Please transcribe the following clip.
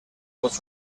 was